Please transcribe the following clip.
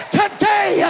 today